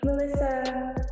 Melissa